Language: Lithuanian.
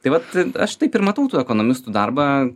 tai vat aš taip ir matau tų ekonomistų darbą